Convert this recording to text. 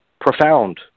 profound